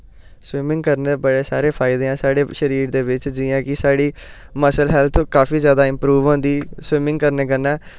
swimming करने दे बड़े सारे फायदे न साढ़े शरीर दे बिच्च जियां कि साढ़ी मसल हैल्थ काफी ज्यादा इंप्रूव होंदी स्विमिंग करने कन्नै